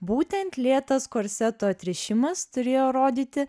būtent lėtas korseto atrišimas turėjo rodyti